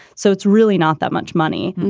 so it's really not that much money.